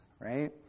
Right